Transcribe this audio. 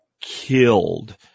killed